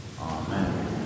Amen